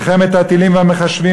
מלחמת הטילים והמחשבים,